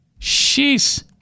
Sheesh